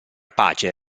pace